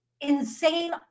insane